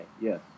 yes